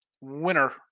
Winner